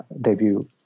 debut